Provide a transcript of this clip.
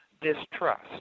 distrust